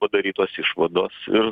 padarytos išvados ir